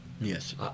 Yes